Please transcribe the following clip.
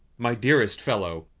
my dearest fellow!